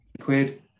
quid